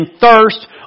thirst